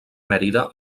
mérida